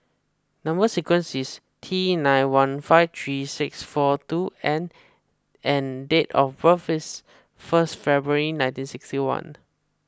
Number Sequence is T nine one five three six four two N and date of birth is first February nineteen sixty one